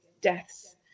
deaths